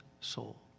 soul